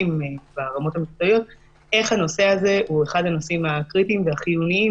ברמות המקצועיות איך הנושא הזה הוא אחד הנושאים הקריטיים והחיוניים